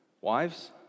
Wives